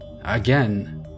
Again